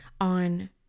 on